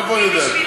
מאיפה אני יודע?